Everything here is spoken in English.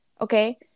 okay